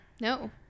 No